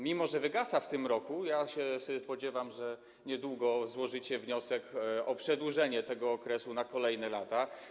Mimo że wygasa w tym roku, ja się spodziewam, że niedługo złożycie wniosek o przedłużenie tego okresu na kolejne lata.